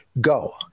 Go